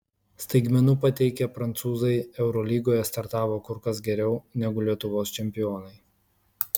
staigmenų pateikę prancūzai eurolygoje startavo kur kas geriau negu lietuvos čempionai